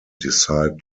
decide